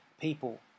people